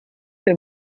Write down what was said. der